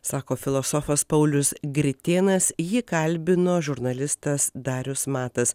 sako filosofas paulius gritėnas jį kalbino žurnalistas darius matas